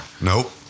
Nope